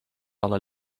alle